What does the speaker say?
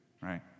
right